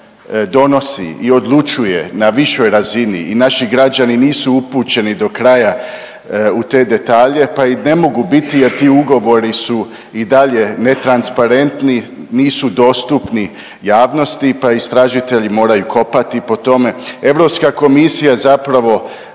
donosi i odlučuje na višoj razini i naši građani nisu upućeni do kraja u te detalje, pa i ne mogu biti jer ti ugovori su i dalje netransparentni, nisu dostupni javnosti, pa istražitelji moraju kopati po tome. Europska komisija zapravo